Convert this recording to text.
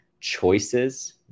choices